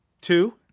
two